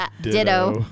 Ditto